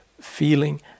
feeling